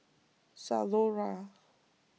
Zalora